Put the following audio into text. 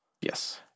Yes